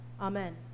Amen